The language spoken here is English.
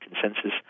consensus